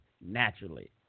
naturally